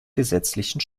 gesetzlichen